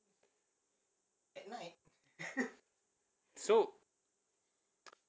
so